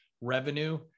revenue